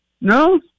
No